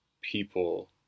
people